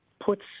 puts